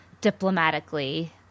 diplomatically